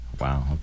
Wow